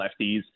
lefties